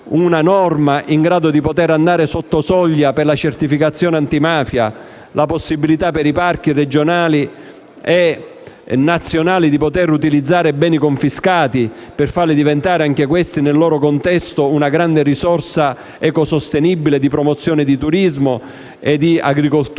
una norma che consenta di andare sotto soglia per la certificazione antimafia, la possibilità per i parchi regionali e nazionali di utilizzare beni confiscati per farli diventare nel loro contesto una grande risorsa ecosostenibile di promozione di turismo e di agricoltura